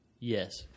Yes